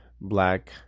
black